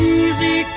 easy